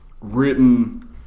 written